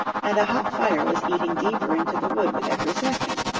and a hot fire was eating deeper into the wood with every second.